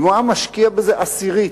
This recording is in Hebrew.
אם הוא היה משקיע בזה עשירית,